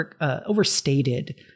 overstated